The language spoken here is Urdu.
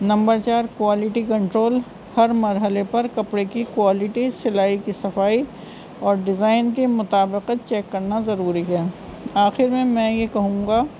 نمبر چار کوالٹی کنٹرول ہر مرحلے پر کپڑے کی کوالٹی سلائی کی صفائی اور ڈیزائن کے مطابقت چیک کرنا ضروری ہے آخر میں میں یہ کہوں گا